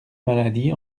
maladie